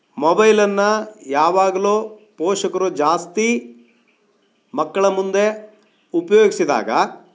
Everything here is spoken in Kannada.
ಮೊಬೈಲನ್ನು ಯಾವಾಗಲೂ ಪೋಷಕರು ಜಾಸ್ತಿ ಮಕ್ಕಳ ಮುಂದೆ ಉಪಯೋಗ್ಸಿದಾಗ